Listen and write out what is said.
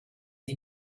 sie